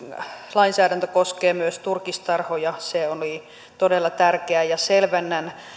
lainsäädäntö koskee myös turkistarhoja se oli todella tärkeää ja selvennän